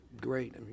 great